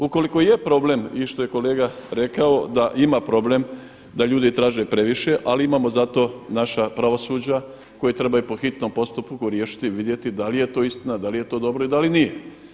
Ukoliko je problem i što je kolega rekao da ima problem da ljudi traže previše, ali imamo zato naša pravosuđa koji trebaju po hitnom postupku riješiti, vidjeti da li je to dobro i da li nije.